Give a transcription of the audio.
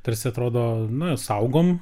tarsi atrodo na saugom